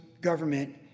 government